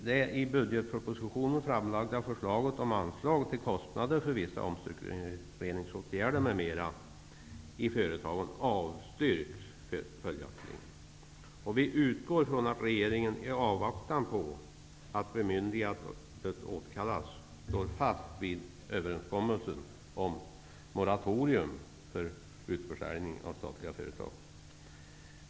Det i budgetpropositionen framlagda förslaget om anslag till kostnader för vissa omstruktureringsåtgärder m.m. i företagen avstyrks följaktligen. Vi utgår från att regeringen i avvaktan på att bemyndigandet återkallas står fast vid överenskommelsen om moratorium för utförsäljning av statliga företag.